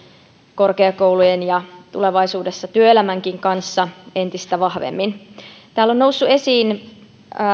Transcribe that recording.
korkeakoulujen ja tulevaisuudessa työelämänkin kanssa entistä vahvemmin täällä on noussut esiin